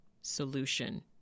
solution